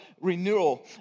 renewal